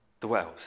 dwells